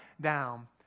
down